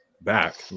back